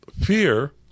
fear